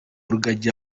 rugagi